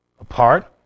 apart